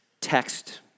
text